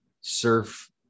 surf